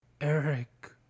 Eric